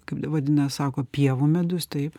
kaip vadina sako pievų medus taip